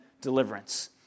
deliverance